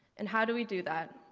and how do we do that?